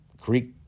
Greek